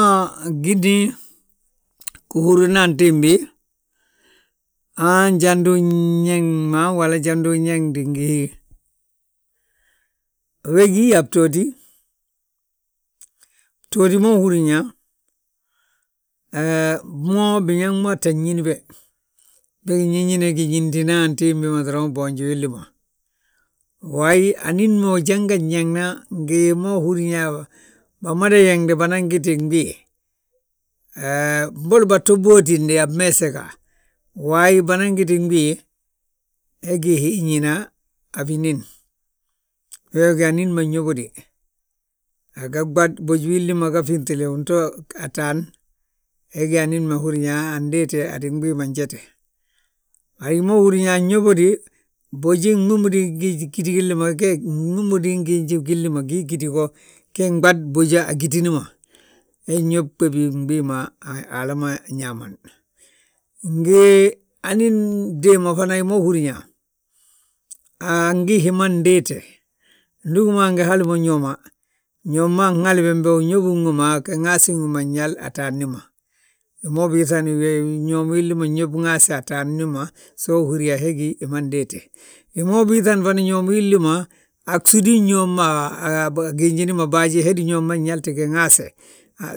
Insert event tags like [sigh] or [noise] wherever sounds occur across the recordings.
Wi giti gihúrina antiimbi, han jandu unyeeŋma fo han jandu unyeeŋdi ngi hi. We gí a btooti, btooti ma húrinyaa, mo biñaŋ maa tta ñíni be. bége nñín ñine, giñintina antiimbi ma doroŋ boonji willi ma. Waaye, anín ma ujangan yeeŋna, ngi hi ma húrin yaa bamada yeeŋde banan giti mbii. [hesitation] Mbolo baato bóotinde a mmeesi ga. Waayi banan giti gbii, hee gí hii ñína a binín, wee ga anín ma nyóbodi aga ɓad, boji willi ma ga ŧiftile wi ga to ataan, he ga anín ma húri yaa andéete, ndu gbii ma njete. Yaa hima húrin yaa, anyóbodi, boji gmúmudin giti gilli ma giti wo ge nɓadi boja a gitini ma. He nyób ɓébi mbii ma Haala ma ñaamani. Ngi anín fdéma fana hi ma húrin yaa, angí hima ndéete, ndu ugí angi hali mo ñooma, ñooma anhali bembe, giŋaasin wi ma, njali ataanni ma. Hima ubiiŧani ñoomi willi ma ñób ŋaase ataanni ma so uhúri yaa he gí hima ndéete. Hima ubiiŧani fana ñoom willi ma, a gsúdin ñoom ma gijiini ma baaji héde ñoom ma nyalte giŋaase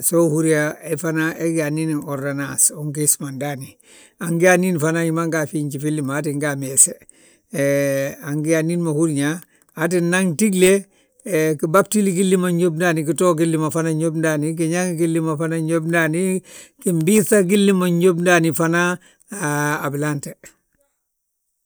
so so uhúri yaa fana he ga anín ordonas, ungiisima ndaani. Anga anín ma, hi ma nga a fiiji filli ma, aa ttin ga ameese. Angí anín ma húri yaa aa tti naŋ tigle, giɓatil gilli ma nñób ndaani gitoo gilli ma fana nyób ndaani, giñaŋi gilli ma fana nyób ndaani. Gimbiiŧa gilli ma nyób ndaani fana a bilaante.